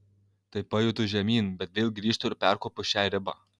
tai pajudu žemyn bet vėl grįžtu ir perkopiu šią ribą